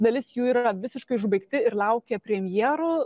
dalis jų yra visiškai užbaigti ir laukia premjerų